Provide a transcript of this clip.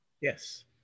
yes